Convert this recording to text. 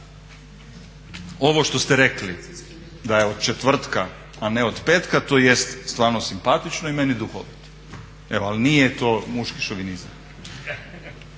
ovo što ste rekli da je od četvrtka a ne od petka to jest stvarno simpatično i meni duhovito, ali nije to muški šovinizam.